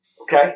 Okay